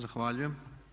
Zahvaljujem.